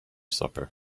supper